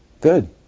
Good